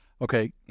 okay